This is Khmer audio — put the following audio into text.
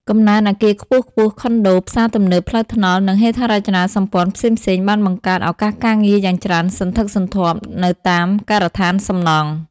កំណើនអគារខ្ពស់ៗ ខុនដូ ផ្សារទំនើប ផ្លូវថ្នល់ និងហេដ្ឋារចនាសម្ព័ន្ធផ្សេងៗ បានបង្កើតឱកាសការងារយ៉ាងច្រើនសន្ធឹកសន្ធាប់នៅតាមការដ្ឋានសំណង់។